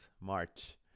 March